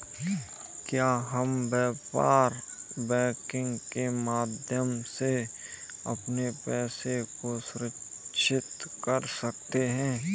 क्या हम व्यापार बैंकिंग के माध्यम से अपने पैसे को सुरक्षित कर सकते हैं?